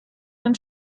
den